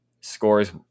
scores